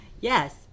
Yes